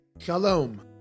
Shalom